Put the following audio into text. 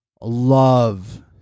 love